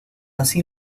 así